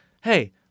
hey